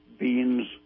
Beans